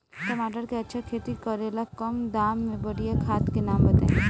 टमाटर के अच्छा खेती करेला कम दाम मे बढ़िया खाद के नाम बताई?